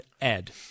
Ed